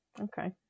okay